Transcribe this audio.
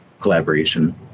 collaboration